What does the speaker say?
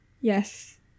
Yes